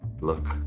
Look